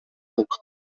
buc